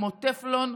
כמו טפלון,